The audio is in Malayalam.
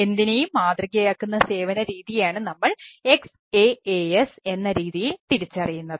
എന്തിനെയും മാതൃകയാക്കുന്ന സേവന രീതിയെയാണ് നമ്മൾ XaaS എന്ന രീതിയിൽ തിരിച്ചറിയുന്നത്